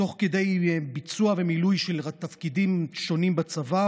תוך כדי ביצוע ומילוי של תפקידים שונים בצבא,